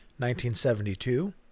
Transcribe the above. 1972